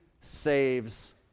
saves